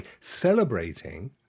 celebrating